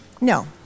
No